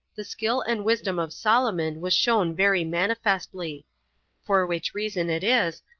the skill and wisdom of solomon was shown very manifestly for which reason it is,